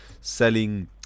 selling